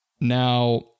Now